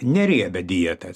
neriebią dietą